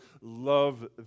love